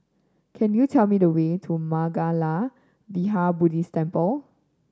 could you tell me the way to Mangala Vihara Buddhist Temple